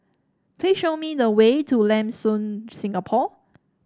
please show me the way to Lam Soon Singapore